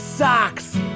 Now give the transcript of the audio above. Socks